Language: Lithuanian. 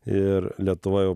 ir lietuvoj jau